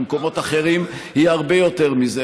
במקומות אחרים היא הרבה יותר מזה,